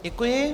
Děkuji.